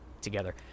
together